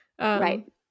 Right